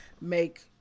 make